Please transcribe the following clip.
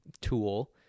tool